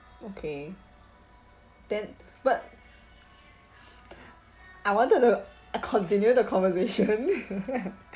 okay then but I wanted to continue the conversation